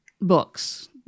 books